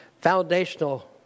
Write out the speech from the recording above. Foundational